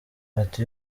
ati